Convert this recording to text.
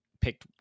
picked